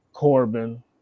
Corbin